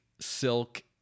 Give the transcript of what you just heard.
silk